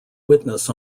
witness